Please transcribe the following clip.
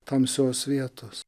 tamsios vietos